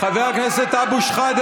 חבר הכנסת אבו שחאדה,